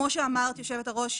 כמו שאמרת, יושבת הראש,